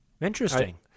Interesting